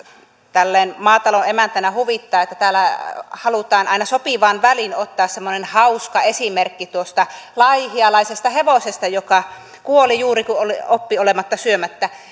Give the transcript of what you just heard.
tälleen maatalon emäntänä huvittaa että täällä halutaan aina sopivaan väliin ottaa semmoinen hauska esimerkki tuosta laihialaisesta hevosesta joka kuoli juuri kun oppi olemaan syömättä